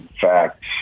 facts